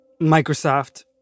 Microsoft